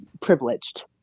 privileged